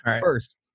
first